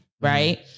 Right